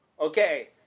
Okay